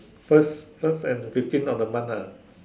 first first and fifteen of the month ah